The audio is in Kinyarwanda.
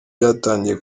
byatangiye